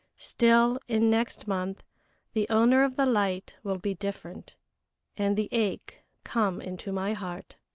still in next month the owner of the light will be different and the ache come into my heart.